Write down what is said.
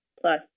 plus